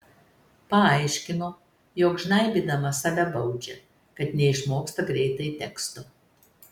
paaiškino jog žnaibydama save baudžia kad neišmoksta greitai teksto